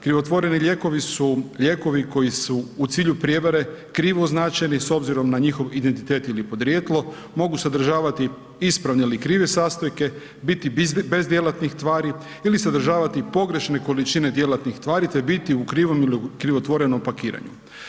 Krivotvoreni lijekovi su lijekovi koji su u cilju prijevare krivo označeni s obzirom na njihov identitet ili podrijetlo, mogu sadržavati ispravne ili krive sastojke, biti bez djelatnih tvari ili sadržavati pogrešne količine djelatnih tvari te biti u krivom ili krivotvorenom pakiranju.